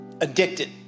Addicted